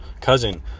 cousin